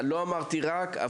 לא אמרתי רק.